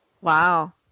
Wow